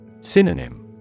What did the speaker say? Synonym